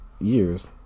years